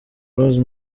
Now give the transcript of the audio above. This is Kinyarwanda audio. rose